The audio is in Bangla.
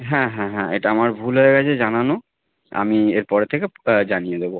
হ্যাঁ হ্যাঁ হ্যাঁ এটা আমার ভুল হয়ে গেছে জানানো আমি এর পরে থেকে জানিয়ে দেবো